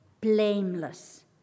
blameless